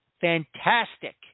fantastic